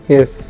Yes